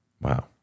Wow